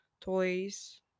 toys